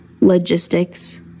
logistics